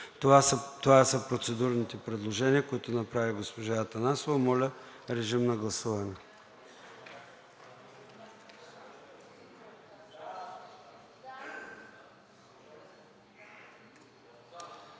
Това са процедурните предложения, които направи госпожа Атанасова. Моля, режим на гласуване.